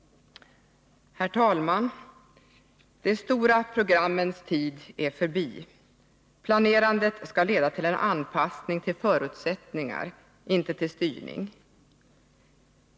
Herr talman! De stora programmens tid är förbi. Planerandet skall leda till en anpassning till förutsättningar, inte till styrning.